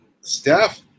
Steph